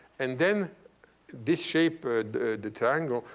and then this shape, ah the triangle,